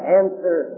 answer